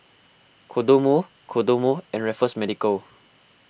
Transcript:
Kodomo Kodomo and Raffles Medical